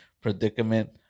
predicament